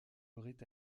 aurait